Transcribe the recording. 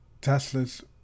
Tesla's